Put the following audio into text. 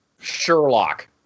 Sherlock